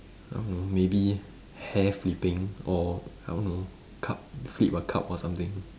I don't know maybe hair flipping or I don't know cup flip a cup or something